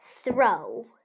Throw